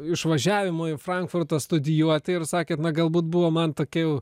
išvažiavimo į frankfurtą studijuoti ir sakėt na galbūt buvo man tokių